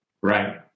Right